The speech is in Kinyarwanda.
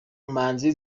manzi